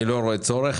אני לא רואה צורך.